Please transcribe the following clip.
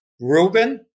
Reuben